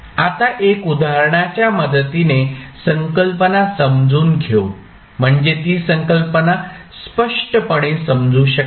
आता एका उदाहरणाच्या मदतीने संकल्पना समजावून घेऊ म्हणजे ती संकल्पना स्पष्टपणे समजू शकेल